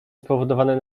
spowodowane